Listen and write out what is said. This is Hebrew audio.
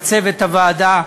לצוות הוועדה,